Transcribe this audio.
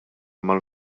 mal